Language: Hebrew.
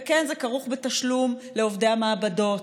וכן, זה כרוך בתשלום לעובדי המעבדות,